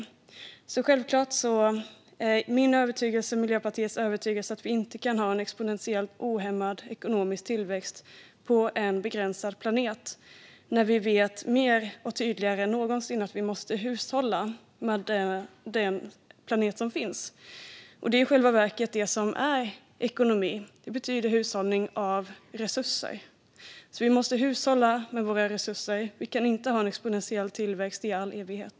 Min och Miljöpartiets övertygelse är självklart att vi inte kan ha en exponentiell, ohämmad ekonomisk tillväxt på en begränsad planet när vi vet mer och tydligare än någonsin att vi måste hushålla med den planeten. Det är i själva verket det som är ekonomi. Det betyder hushållning med resurser. Vi måste hushålla med våra resurser. Vi kan inte ha en exponentiell tillväxt i all evighet.